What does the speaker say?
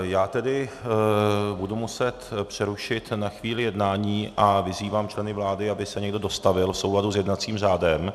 Já tedy budu muset přerušit na chvíli jednání a vyzývám členy vlády, aby se někdo dostavil v souladu s jednacím řádem.